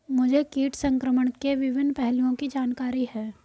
मुझे कीट संक्रमण के विभिन्न पहलुओं की जानकारी है